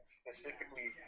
specifically